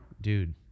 Dude